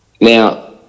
now